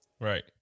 Right